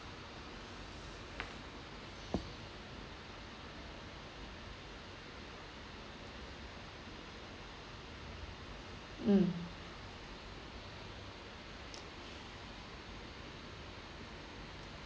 mm